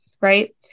right